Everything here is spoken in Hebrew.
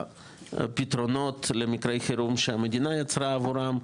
בפתרונות למקרי חירום שהמדינה יצרה עבורם,